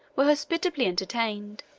were hospitably entertained